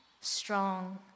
strong